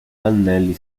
pannelli